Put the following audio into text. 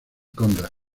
conrad